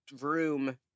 room